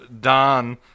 Don